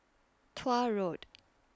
Tuah Road